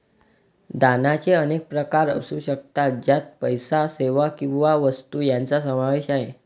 दानाचे अनेक प्रकार असू शकतात, ज्यात पैसा, सेवा किंवा वस्तू यांचा समावेश आहे